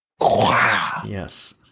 Yes